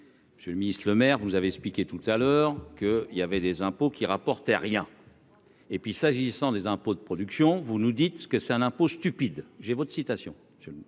Je le ministre-Lemaire, vous avez expliqué tout à l'heure que il y avait des impôts qui rapportait rien. Et puis s'agissant des impôts de production, vous nous dites ce que c'est un impôt stupide j'ai votre citation je on est